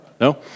no